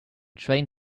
train